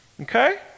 Okay